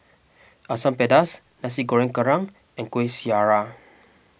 Asam Pedas Nasi Goreng Kerang and Kuih Syara